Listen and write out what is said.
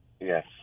Yes